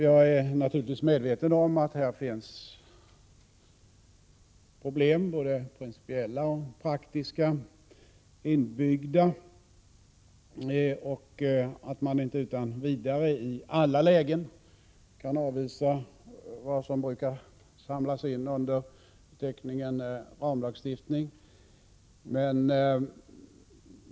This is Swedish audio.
Jag är naturligtvis medveten om att här finns problem inbyggda, både principiella och praktiska, och att man inte utan vidare och i alla lägen kan avvisa vad som brukar ingå under beteckningen ramlagstiftning.